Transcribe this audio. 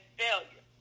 failure